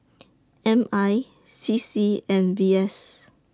M I C C and V S